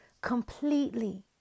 Completely